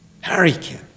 hurricane